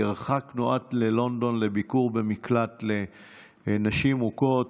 והרחקנו עד ללונדון לביקור במקלט לנשים מוכות.